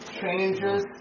changes